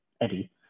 Eddie